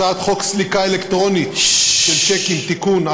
הצעת חוק סליקה אלקטרונית של שיקים (תיקון),